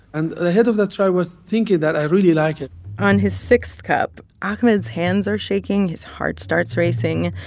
and the head of that tribe was thinking that i really like it on his sixth cup, ahmed's hands are shaking. his heart starts racing.